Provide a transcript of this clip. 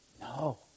No